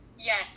Yes